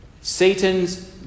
Satan's